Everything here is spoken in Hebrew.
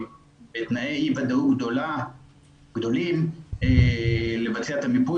תנאי אי ודאות גדולים לבצע את המיפוי.